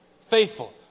faithful